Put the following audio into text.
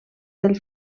del